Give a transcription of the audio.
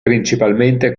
principalmente